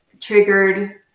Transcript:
triggered